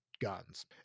guns